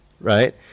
right